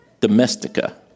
domestica